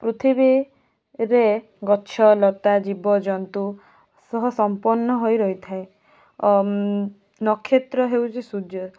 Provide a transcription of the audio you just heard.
ପୃଥିବୀରେ ଗଛଲତା ଜୀବଜନ୍ତୁ ସହ ସମ୍ପନ୍ନ ହୋଇ ରହିଥାଏ ନକ୍ଷତ୍ର ହେଉଛି ସୂର୍ଯ୍ୟ